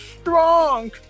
strong